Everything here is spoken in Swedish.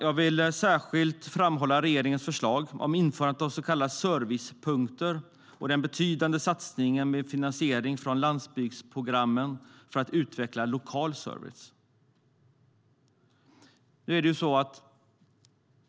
Jag vill särskilt framhålla regeringens förslag om införandet av så kallade servicepunkter och den betydande satsningen med finansiering från landsbygdsprogrammet för att utveckla lokal service.